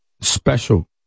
special